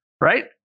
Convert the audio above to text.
Right